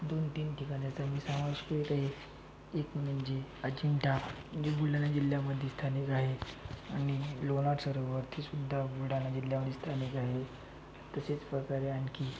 दोनतीन ठिकाणं तर मी सांगू शकेल काही एक म्हणजे अजिंठा जे बुलढाणा जिल्ह्यामध्ये स्थानिक आहे आणि लोणार सरोवर ते सुद्धा बुलढाणा जिल्ह्यामध्ये स्थानिक आहे तसेच प्रकारे आणखी